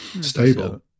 Stable